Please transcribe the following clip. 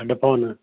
headphone